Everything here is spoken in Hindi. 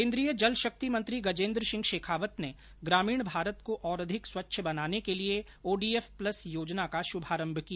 केन्द्रीय जलशक्ति मंत्री गजेन्द्र सिंह शेखावत ने ग्रामीण भारत को और अधिक स्वच्छ बनाने के लिए ओ डी एफ प्लस योजना का शुभारम्भ किया